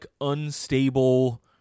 unstable